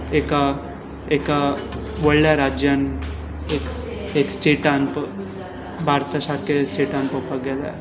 एका एका व्हडल्या राज्यांत एक स्टॅटांत भारता सारके स्टॅटांत पळोवपाक गेल्यार